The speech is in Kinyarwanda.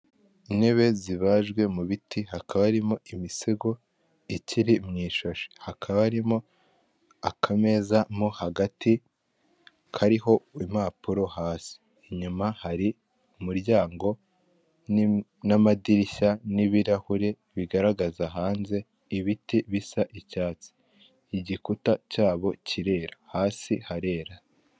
Intebe zibajwe mu biti hakaba haririmo imisego ikiri mw' ishashi ,hakaba harimo akameza mo hagati kariho impapuro hasi inyuma hari umuryango na madirishya, n'ibirahuri bigaragaza hanze ibiti bisa icyatsi ,igikuta cyabo kirera, hasi harera.